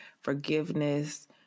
forgiveness